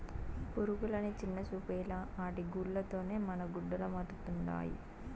పురుగులని చిన్నచూపేలా ఆటి గూల్ల తోనే మనకి గుడ్డలమరుతండాయి